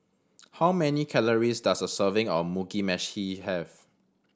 how many calories does a serving of Mugi Meshi have